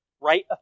Right